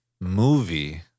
movie